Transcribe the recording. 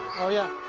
oh yeah.